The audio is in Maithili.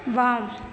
बाम